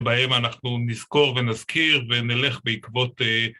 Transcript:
בהם אנחנו נזכור ונזכיר ונלך בעקבות